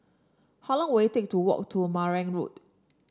how long will it take to walk to Marang Road